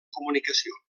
comunicació